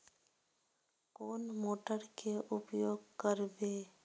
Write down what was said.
कौन मोटर के उपयोग करवे?